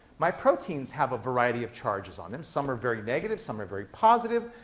my proteins have a variety of charges on them. some are very negative, some are very positive,